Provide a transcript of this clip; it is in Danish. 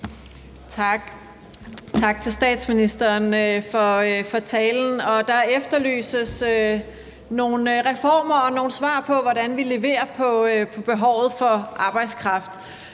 Tak til statsministeren for talen. Der efterlyses nogle reformer og nogle svar på, hvordan vi leverer på behovet for arbejdskraft.